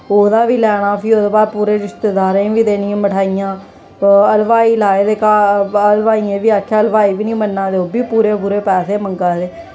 ओह्दा बी लैना फ्ही ओह्दे बाद पूरे रिश्तेदारें गी बी देनी मठाइयां ओह् हलवाई लाए दे घर हलवाइयें गी बी आखेआ हलवाई बी नेईं मन्ना दे ओह् बी पूरे पूरे पैसे मंगा दे